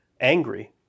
angry